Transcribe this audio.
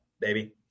baby